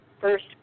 First